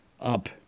up